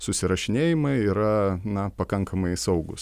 susirašinėjimai yra na pakankamai saugūs